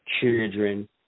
children